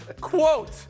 Quote